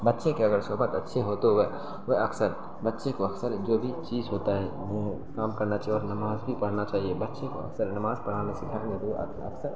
بچے کی اگر صحبت اچھی ہو تو وہ وہ اکثر بچے کو اکثر جو بھی چیز ہوتا ہے وہ کام کرنا چاہیے اور نماز بھی پڑھنا چاہیے بچے کو اکثر نماز پڑھانا سکھانا چاہیے اکثر